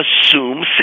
Assume